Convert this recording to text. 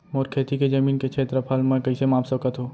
मोर खेती के जमीन के क्षेत्रफल मैं कइसे माप सकत हो?